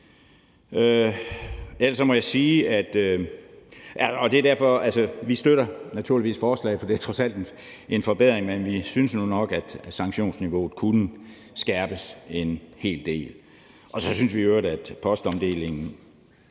Vi støtter naturligvis forslaget, for det er trods alt en forbedring, men vi synes nu nok, at sanktionsniveauet kunne skærpes en hel del. Og så synes vi i øvrigt, at postomdelingen